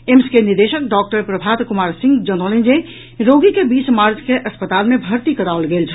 AIIMS के निदेशक doctor Prabhat Kumar Singh जनौलनि जे रोगी के बीस मार्च के अस्पताल मे भर्ती कराओल गेल छल